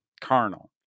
carnal